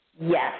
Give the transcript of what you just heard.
Yes